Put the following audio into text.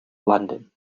london